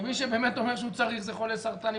ומי שבאמת אומר שהוא צריך זה חולי סרטן,